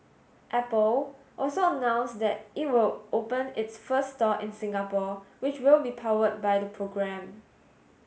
Apple also announced that it will open its first store in Singapore which will be powered by the program